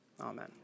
Amen